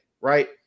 right